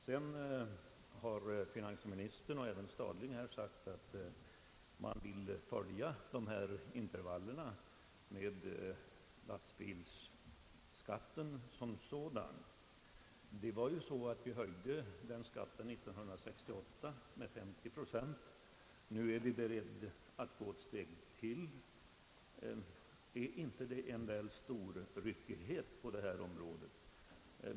Sedan har finansministern och herr Stadling sagt att man vill följa intervallerna för lastbilsskatten. Vi höjde denna skatt år 1968 med 50 procent. Nu är vi beredda att gå ett steg till. Är det inte en väl stor ryckighet på detta område?